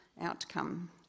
outcome